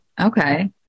Okay